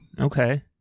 Okay